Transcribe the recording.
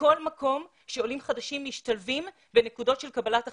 מכל מקום שעולים חדשים משתלבים ונקודות של קבלת החלטה.